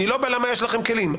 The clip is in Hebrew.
למה יש לכם כלים?